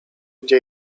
gdzie